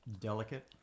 Delicate